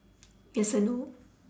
yes I know